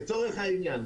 לצורך העניין,